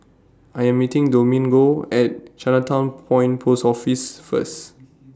I Am meeting Domingo At Chinatown Point Post Office First